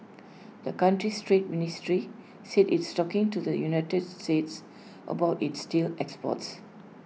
the country's trade ministry said it's talking to the united states about its steel exports